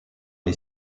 les